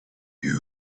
you